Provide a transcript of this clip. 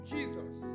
Jesus